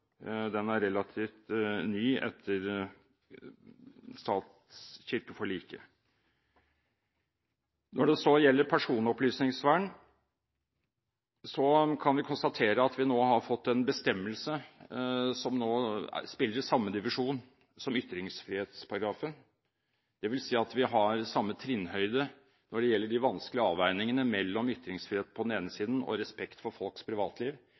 Den er relativt ny etter stat–kirke-forliket. Når det gjelder personopplysningsvern, kan vi konstatere at vi nå har fått en bestemmelse som spiller i samme divisjon som ytringsfrihetsparagrafen, dvs. at vi har samme trinnhøyde når det gjelder de vanskelige avveiningene mellom ytringsfriheten på den ene siden og respekt for folks privatliv.